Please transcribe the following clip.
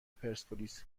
پرسپولیس